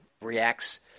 reacts